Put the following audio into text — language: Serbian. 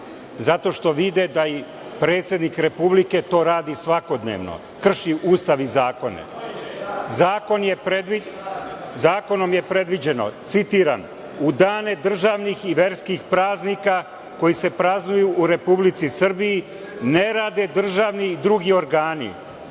zato što vide da i predsednik Republike to radi svakodnevno, krši Ustav i zakone. Zakonom je predviđeno, citiram: „U dane državnih i verskih praznika koji se praznuju u Republici Srbiji ne rade državni i drugi organi,